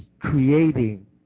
creating